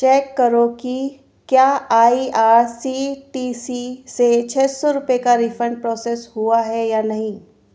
check करो की क्या I R C T C से छ सौ रुपये का रिफन्ड प्रोसेस हुआ है या नहीं